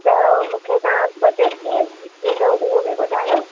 त मूंखे तव्हां बजेट कीअं ॾिंदुव उहो बि ॿुधायो